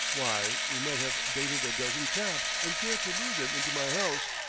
why, we might have baited a dozen traps and failed to lure them into my house,